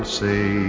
say